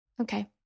Okay